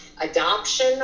adoption